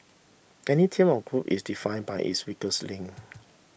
any team or group is define by its weakest link